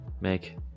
make